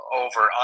over